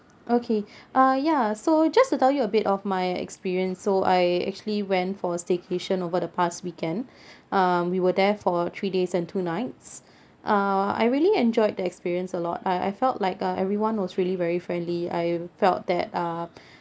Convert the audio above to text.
okay uh ya so just to tell you a bit of my experience so I actually went for a staycation over the past weekend um we were there for three days and two nights uh I really enjoyed the experience a lot I I felt like uh everyone was really very friendly I felt that uh